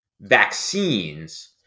vaccines